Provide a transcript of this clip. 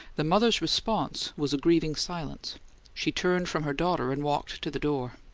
the mother's response was a grieving silence she turned from her daughter and walked to the door.